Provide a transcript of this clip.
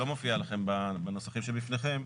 שלא מופיעה לכם בנוסחים שבפניכם,